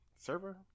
server